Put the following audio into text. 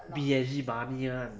P_S_G money [one]